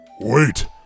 Wait